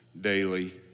daily